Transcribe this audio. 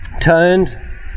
turned